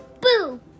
boo